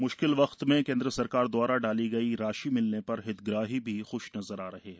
मुश्किल वक्त में केंद्र सरकार द्वारा डाली गई राशि मिलने पर हितग्राही भी ख्द नजर आ रहे हैं